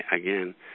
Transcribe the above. again